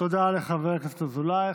תודה לחבר הכנסת אזולאי.